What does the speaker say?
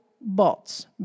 bots